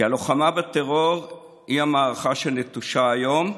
כי הלוחמה בטרור היא המערכה שנטושה היום,